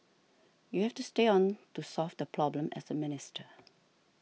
you have to stay on to solve the problem as a minister